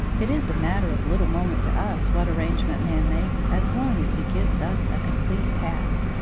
it is a matter of little moment to us what arrangement man makes as long as he gives us a complete path.